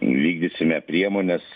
vykdysime priemones